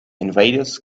invaders